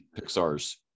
pixar's